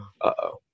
Uh-oh